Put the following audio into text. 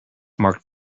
marked